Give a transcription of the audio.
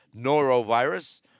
norovirus